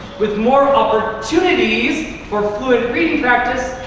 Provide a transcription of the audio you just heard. with more opportunities for fluent reading practice,